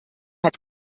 hat